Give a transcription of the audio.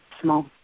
small